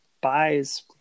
buys